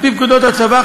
על-פי פקודות הצבא,